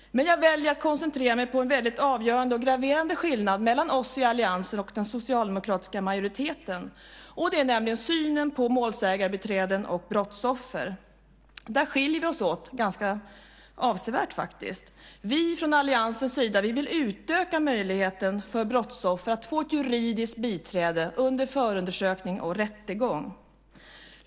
Men jag väljer att koncentrera mig på en väldigt avgörande och graverande skillnad mellan oss i alliansen och den socialdemokratiska majoriteten. Det gäller synen på målsägarbiträden och brottsoffer. Där skiljer vi oss åt ganska avsevärt. Vi från alliansens sida vill utöka möjligheten för brottsoffer att få ett juridiskt biträde under förundersökning och rättegång.